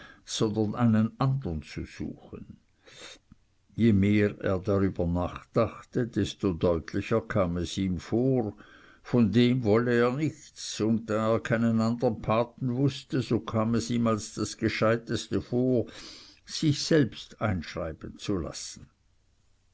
sondern einen andern zu suchen je mehr er darüber nachdachte desto deutlicher kam es ihm vor von dem wolle er nichts und da er keinen andern paten wußte so kam es ihm als das gescheuteste vor sich selbsten einschreiben zu lassen